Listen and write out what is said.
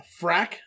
Frack